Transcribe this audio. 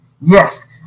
Yes